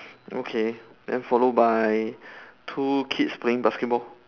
okay then follow by two kids playing basketball